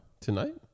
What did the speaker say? Tonight